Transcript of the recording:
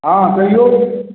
हाँ कहिए